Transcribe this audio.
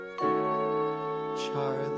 Charlie